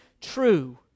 true